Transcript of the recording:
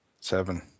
Seven